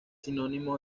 sinónimo